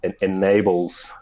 enables